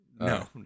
no